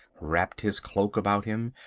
wrapped his cloak about him,